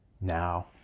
Now